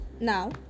Now